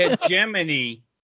hegemony